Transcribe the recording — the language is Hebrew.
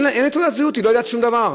אין לה תעודת זהות, היא לא יודעת שום דבר.